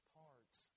parts